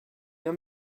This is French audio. bien